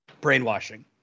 brainwashing